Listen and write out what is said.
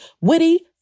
witty